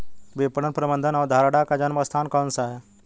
विपणन प्रबंध अवधारणा का जन्म स्थान कौन सा है?